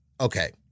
Okay